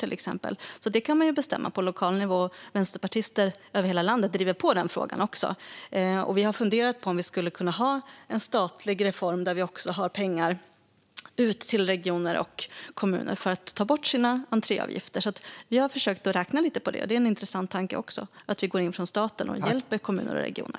Detta kan man alltså bestämma på lokal nivå, och vänsterpartister över hela landet driver på i den frågan. Vi har också funderat på om det skulle gå att genomföra en statlig reform och betala ut pengar till regioner och kommuner för att de ska ta bort sina entréavgifter. Vi har försökt räkna lite på detta, för det är en intressant tanke att gå in från statens sida och hjälpa kommuner och regioner.